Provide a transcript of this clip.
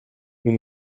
nous